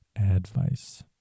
advice